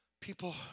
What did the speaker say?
people